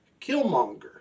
Killmonger